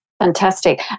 Fantastic